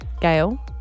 Gail